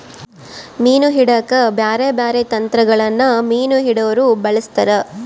ಮೀನು ಹಿಡೆಕ ಬ್ಯಾರೆ ಬ್ಯಾರೆ ತಂತ್ರಗಳನ್ನ ಮೀನು ಹಿಡೊರು ಬಳಸ್ತಾರ